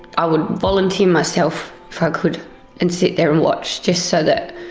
i would volunteer myself if i could and sit there and watch just so that,